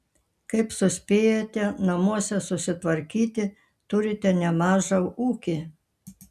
kaip suspėjate namuose susitvarkyti turite nemažą ūkį